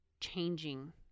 changing